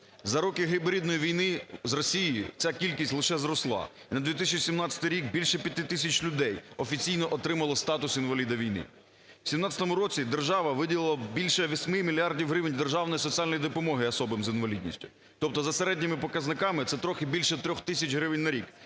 За роки гібридної війни з Росією ця кількість лише зросла. На 2017 рік більше 5 тисяч людей офіційно отримало статус інваліда війни. В 2017 році держава виділила більше 8 мільярдів гривень державної соціальної допомоги особам з інвалідністю, тобто за середніми показниками це трохи більше 3 тисяч гривень на рік